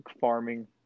farming